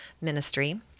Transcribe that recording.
Ministry